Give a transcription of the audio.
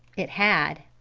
it had.